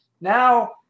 Now